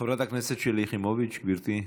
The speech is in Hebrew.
חברת הכנסת שלי יחימוביץ', גברתי.